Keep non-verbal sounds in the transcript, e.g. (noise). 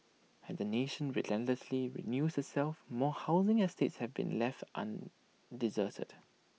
as the nation relentlessly renews itself more housing estates have been left (unintelligible) deserted